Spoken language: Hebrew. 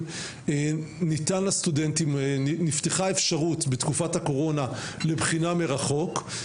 נפתחה אפשרות בתקופת הקורונה לבחינה מרחוק,